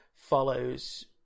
follows